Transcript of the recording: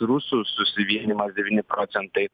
rusų susivienijimas devyni procentai